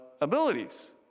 abilities